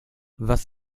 was